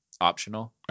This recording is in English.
optional